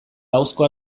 ahozko